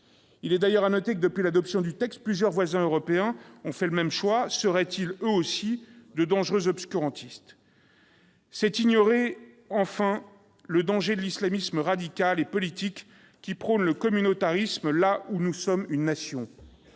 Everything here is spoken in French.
Il est d'ailleurs à noter que, depuis l'adoption du texte, plusieurs voisins européens ont fait le même choix. Seraient-ils, eux aussi, de dangereux obscurantistes ? C'est ignorer, enfin, le danger de l'islamisme radical et politique, qui prône le communautarisme là où nous sommes une Nation.